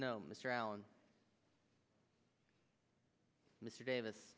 no mr allen mr davis